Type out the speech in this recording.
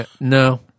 No